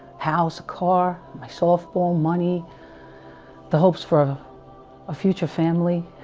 house car, my softball money the hopes for a future family